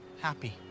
happy